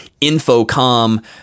Infocom